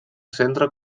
centre